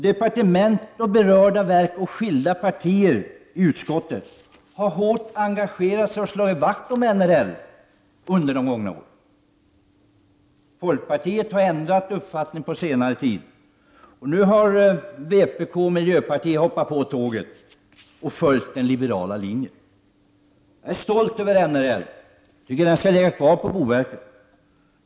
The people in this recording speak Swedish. Departement, berörda verk och skilda partier i utskottet har hårt engagerat sig för och slagit vakt om NRL under de gångna åren. Folkpartiet har ändrat uppfattning på senare tid, och nu har vpk och miljöpartiet hoppat ombord på tåget och anslutit sig till den liberala linjen. Jag är stolt över NRL och tycker att den skall ligga kvar under boverkets fögderi.